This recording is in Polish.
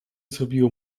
zrobiło